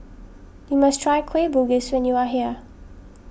you must try Kueh Bugis when you are here